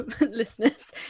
listeners